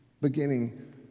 beginning